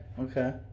Okay